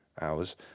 hours